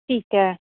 ਠੀਕ ਹੈ